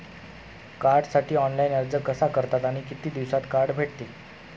कार्डसाठी ऑनलाइन अर्ज कसा करतात आणि किती दिवसांत कार्ड भेटते?